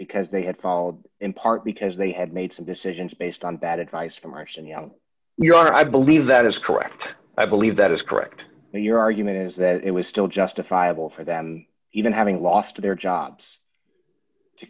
because they had fallen in part because they had made some decisions based on bad advice from marcia you know your i believe that is correct i believe that is correct and your argument is that it was still justifiable for them even having lost their jobs to